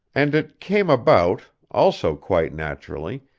and it came about, also quite naturally,